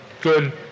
good